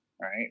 right